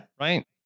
Right